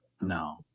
No